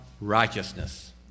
righteousness